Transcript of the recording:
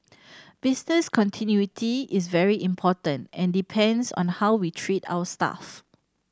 business continuity is very important and depends on how we treat our staff